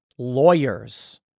Lawyers